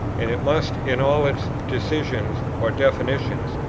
and it must in all its decisions, or definitions,